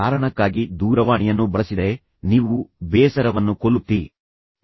ಆ ಕಾರಣಕ್ಕಾಗಿ ದೂರವಾಣಿಯನ್ನು ಬಳಸಿದರೆ ನೀವು ಬೇಸರವನ್ನು ಕೊಲ್ಲುತ್ತೀರಿ ನೀವು ಆನಂದಿಸುತ್ತೀರಿ